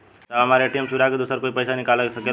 साहब हमार ए.टी.एम चूरा के दूसर कोई पैसा निकाल सकेला?